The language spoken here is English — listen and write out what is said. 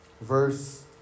verse